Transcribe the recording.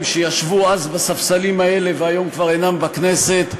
שישבו אז בספסלים האלה והיום כבר אינם בכנסת,